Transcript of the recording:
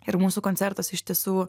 ir mūsų koncertas iš tiesų